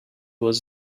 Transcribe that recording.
was